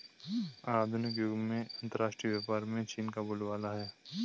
आधुनिक युग में अंतरराष्ट्रीय व्यापार में चीन का बोलबाला है